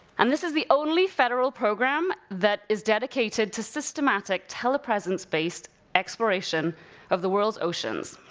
and this is the only federal program that is dedicated to systematic telepresence-based exploration of the world's oceans.